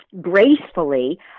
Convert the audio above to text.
gracefully